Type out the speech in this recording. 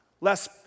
less